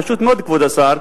פשוט מאוד, כבוד השר: